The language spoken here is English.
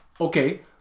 Okay